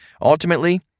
Ultimately